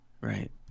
Right